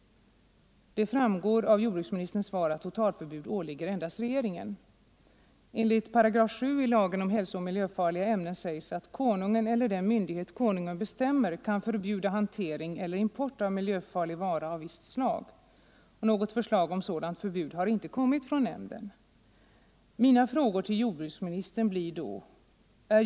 Det framgår av jordbruksministerns svar att totalförbud åligger endast regeringen. I 7 § lagen om hälsooch miljöfarliga ämnen sägs att Konungen eller den myndighet Konungen bestämmer kan förbjuda hantering eller import av miljöfarlig vara av visst slag. Något förslag om sådant förbud har inte kommit från nämnden. Mina frågor till jordbruksministern blir då: 1.